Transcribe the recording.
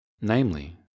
Namely